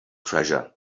treasure